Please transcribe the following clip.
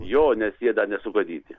jo nes jie dar nesugadyti